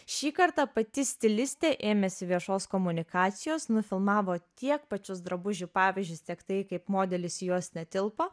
šį kartą pati stilistė ėmėsi viešos komunikacijos nufilmavo tiek pačius drabužių pavyzdžius tiek tai kaip modelis į juos netilpo